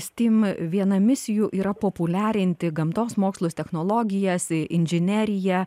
steam viena misijų yra populiarinti gamtos mokslus technologijas inžineriją